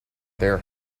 their